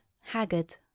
haggard